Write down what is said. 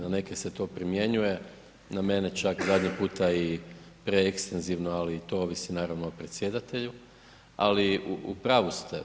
Na neke se to primjenjuje, na mene čak zadnji puta i preekstenzivno, ali i to ovisi naravno o predsjedatelju, ali u pravu ste.